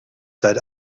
seit